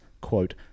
quote